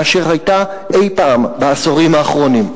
מאשר היתה אי-פעם בעשורים האחרונים.